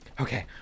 okay